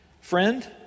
friend